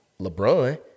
LeBron